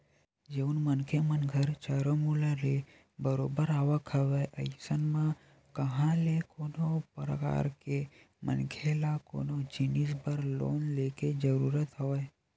जउन मनखे मन घर चारो मुड़ा ले बरोबर आवक हवय अइसन म कहाँ ले कोनो परकार के मनखे ल कोनो जिनिस बर लोन लेके जरुरत हवय